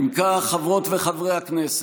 אם כך, חברות וחברי הכנסת,